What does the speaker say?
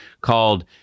called